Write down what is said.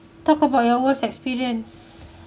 talk about your worst experience